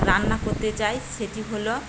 রান্না করতে চাই সেটি হলো